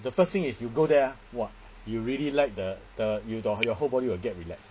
the first thing is you go there ah !wah! you really like the the 你懂 your whole body will get relax